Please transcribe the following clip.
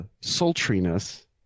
sultriness